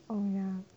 oh ya